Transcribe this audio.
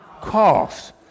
Cost